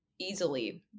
easily